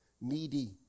needy